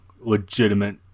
legitimate